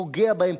פוגע בהן,